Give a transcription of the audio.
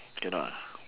cannot ah